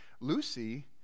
Lucy